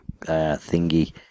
thingy